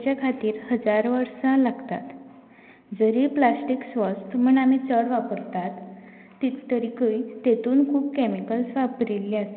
तशेंच तेणे आमच्या पृथ्वीक बी कांय त्रास जायना जरय आयदनां कितेंय जालें तर तें रिसायकल करून तें परत वापरपा जाता